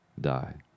Die